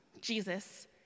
Jesus